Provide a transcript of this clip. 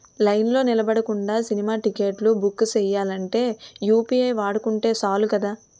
లైన్లో నిలబడకుండా సినిమా టిక్కెట్లు బుక్ సెయ్యాలంటే యూ.పి.ఐ వాడుకుంటే సాలు కదా